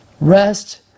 rest